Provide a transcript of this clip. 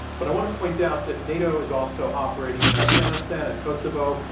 but i want to point out that nato is also operating in afghanistan and cocebo,